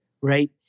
right